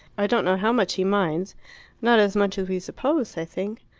i don't know how much he minds not as much as we suppose, i think.